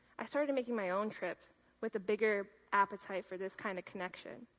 i started making my own trip with the bigger appetite for this kind of connection.